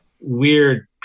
weird